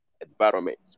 environment